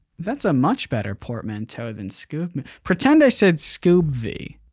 that's a much better portmanteau than scoob. pretend i said scoob-vie,